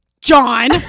John